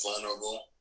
vulnerable